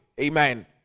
Amen